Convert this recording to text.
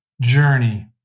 journey